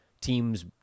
teams